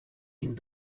ihn